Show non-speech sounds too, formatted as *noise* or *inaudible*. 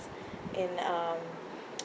in um *noise*